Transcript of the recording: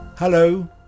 Hello